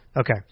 Okay